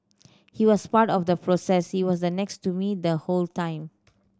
he was part of the process he was the next to me the whole time